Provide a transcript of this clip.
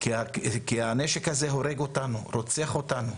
כי הנשק הזה הורג אותנו, רוצח אותנו.